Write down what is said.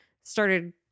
started